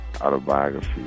Autobiography